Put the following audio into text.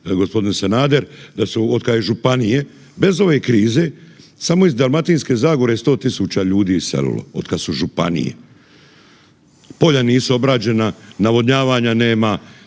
g. Sanader, da su otkad je županije bez ove krize samo iz Dalmatinske zagore 100 000 ljudi je iselilo otkad su županije. Polja nisu obrađena, navodnjavanja nema,